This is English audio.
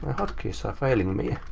hotkeys are failing me.